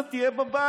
ב-11:00 תהיה בבית.